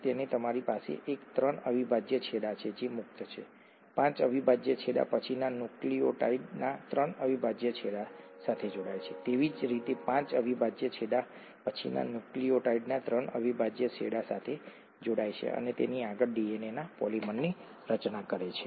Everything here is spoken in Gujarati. તેથી તમારી પાસે એક ત્રણ અવિભાજ્ય છેડા છે જે મુક્ત છે પાંચ અવિભાજ્ય છેડા પછીના ન્યુક્લિઓટાઇડના ત્રણ અવિભાજ્ય છેડા સાથે જોડાય છે તેવી જ રીતે પાંચ અવિભાજ્ય છેડા પછીના ન્યુક્લિઓટાઇડના ત્રણ અવિભાજ્ય છેડા સાથે જોડાય છે અને તેથી આગળ ડીએનએના પોલિમરની રચના કરે છે